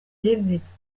davis